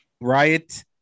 riot